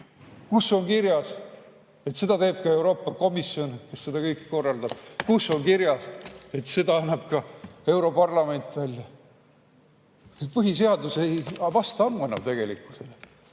Kus on kirjas, et seda teeb ka Euroopa Komisjon, kes seda kõike korraldab? Kus on kirjas, et neid annab ka europarlament välja? Põhiseadus ei vasta ammu enam tegelikkusele.